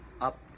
up